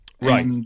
Right